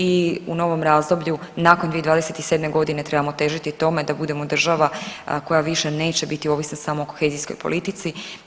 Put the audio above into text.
I u novom razdoblju nakon 2027. godine trebamo težiti tome da budemo država koja više neće biti ovisna samo o kohezijskoj politici.